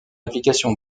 application